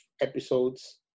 episodes